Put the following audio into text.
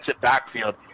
backfield